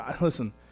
listen